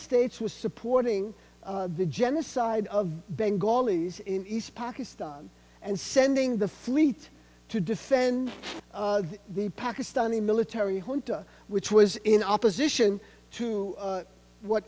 states was supporting the genocide of bengalis in east pakistan and sending the fleet to defend the pakistani military junta which was in opposition to what